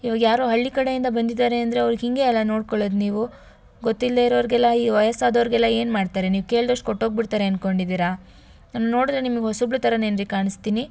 ಇವಾಗ ಯಾರೋ ಹಳ್ಳಿ ಕಡೆಯಿಂದ ಬಂದಿದ್ದಾರೆ ಅಂದರೆ ಅವ್ರಿಗೆ ಹೀಗೆ ಅಲ್ಲಾ ನೋಡ್ಕೊಳ್ಳೋದು ನೀವು ಗೊತ್ತಿಲ್ಲದೇ ಇರೋರಿಗೆಲ್ಲ ಈ ವಯಸ್ಸಾದವ್ರಿಗೆಲ್ಲ ಏನು ಮಾಡ್ತಾರೆ ನೀವು ಕೇಳ್ದಷ್ಟು ಕೊಟ್ಟೋಗಿ ಬಿಡ್ತಾರೆ ಅಂದ್ಕೊಂಡಿದ್ದೀರಾ ನನ್ನ ನೋಡಿದರೆ ನಿಮಗೆ ಹೊಸಬಳ ಥರ ಏನ್ರಿ ಕಾಣಿಸ್ತೀನಿ